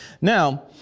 Now